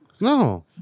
No